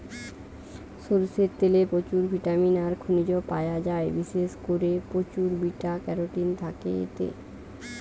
সরষের তেলে প্রচুর ভিটামিন আর খনিজ পায়া যায়, বিশেষ কোরে প্রচুর বিটা ক্যারোটিন থাকে এতে